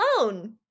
alone